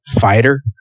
fighter